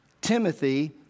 Timothy